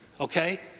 Okay